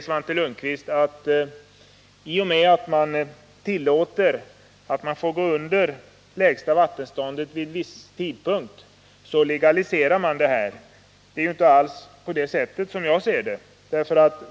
Svante Lundkvist säger att i och med att man tillåter att det lägsta vattenståndet får underskridas vid viss tidpunkt så legaliserar man denna sänkning. Enligt min uppfattning är det inte alls på det sättet.